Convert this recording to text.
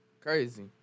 Crazy